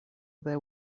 there